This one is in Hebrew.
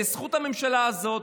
בזכות הממשלה הזאת,